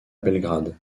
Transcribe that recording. belgrade